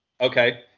Okay